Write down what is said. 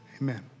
Amen